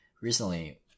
recently